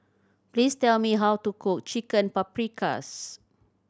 please tell me how to cook Chicken Paprikas